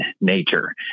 nature